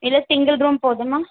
இல்லை single room போதுமா